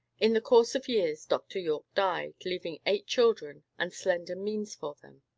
in the course of years dr. yorke died, leaving eight children, and slender means for them.